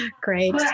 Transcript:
Great